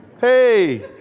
Hey